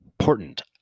important